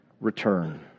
return